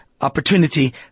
opportunity